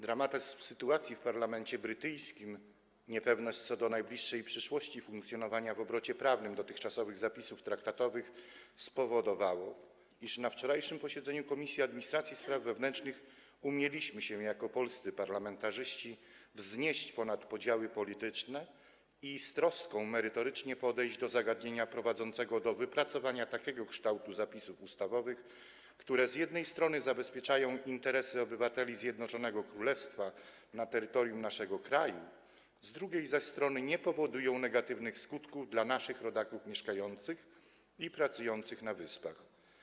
Dramatyzm sytuacji w parlamencie brytyjskim i niepewność co do najbliższej przyszłości funkcjonowania w obrocie prawnym dotychczasowych zapisów traktatowych spowodowały, iż na wczorajszym posiedzeniu Komisji Administracji i Spraw Wewnętrznych umieliśmy się wznieść jako polscy parlamentarzyści ponad podziały polityczne i z troską podejść merytorycznie do zagadnienia prowadzącego do wypracowania takiego kształtu zapisów ustawowych, które z jednej strony zabezpieczają interesy obywateli Zjednoczonego Królestwa na terytorium naszego kraju, z drugiej zaś strony nie powodują negatywnych skutków dla naszych rodaków mieszkających i pracujących na Wyspach.